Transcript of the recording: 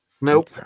Nope